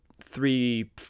three